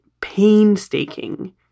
painstaking